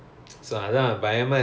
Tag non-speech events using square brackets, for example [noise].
[noise]